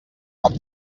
cop